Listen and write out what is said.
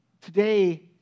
today